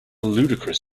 ludicrous